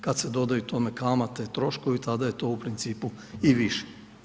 Kad se dodaju tome kamate, troškovi, tada je to u principu i više.